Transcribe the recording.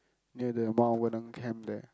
near the Mount-Vernon camp there